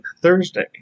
Thursday